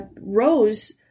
Rose